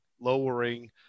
lowering